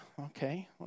okay